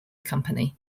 company